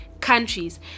countries